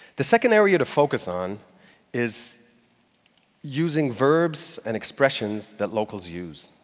the second area to focus on is using verbs and expressions that locals use.